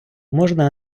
можна